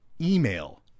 email